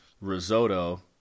risotto